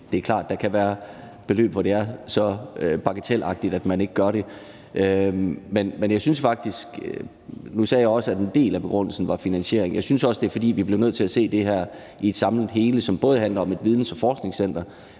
Det er klart, at der kan være beløb, hvor det er så bagatelagtigt, at man ikke behøver gøre det. Nu sagde jeg, at en del af begrundelsen var finansiering, men jeg sagde også, at jeg synes, at vi bliver nødt til at se det her i et samlet hele, som både handler om et videns- og forskningscenter,